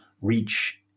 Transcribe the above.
reach